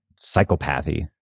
psychopathy